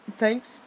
Thanks